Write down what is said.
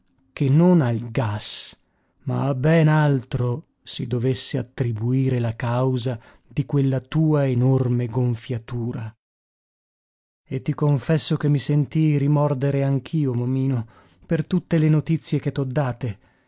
che non al gas ma a ben altro si dovesse attribuire la causa di quella tua enorme gonfiatura e ti confesso che mi sentii rimordere anch'io momino per tutte le notizie che t'ho date